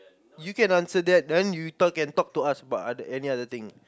you can answer that then you talk can talk to us about any other thing